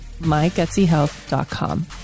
mygutsyhealth.com